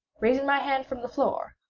raising my hand from the floor,